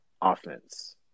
offense